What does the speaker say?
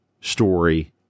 story